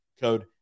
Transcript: code